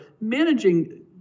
managing